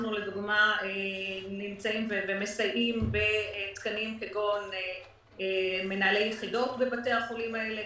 ואנחנו מסייעים בתקנים כגון מנהלי יחידות בבתי החולים האלה,